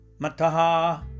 Mataha